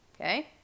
okay